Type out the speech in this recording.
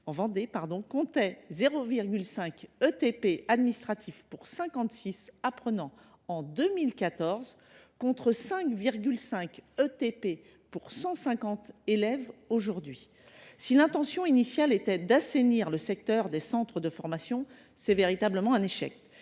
temps plein (ETP) administratif pour 56 apprenants en 2014, contre 5,5 pour 150 élèves aujourd’hui. Si l’intention initiale était d’assainir le secteur des centres de formation, c’est véritablement un échec